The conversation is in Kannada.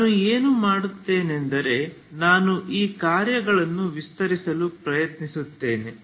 ನಾನು ಏನು ಮಾಡುತ್ತೇನೆಂದರೆ ನಾನು ಈ ಕಾರ್ಯಗಳನ್ನು ವಿಸ್ತರಿಸಲು ಪ್ರಯತ್ನಿಸುತ್ತೇನೆ